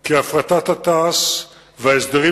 כי הפרטת תע"ש וההסדרים